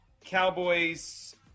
Cowboys